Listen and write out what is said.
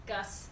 Gus